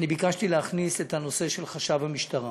ביקשתי להכניס את הנושא של חשב המשטרה,